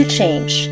change